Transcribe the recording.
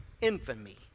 Infamy